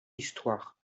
histoire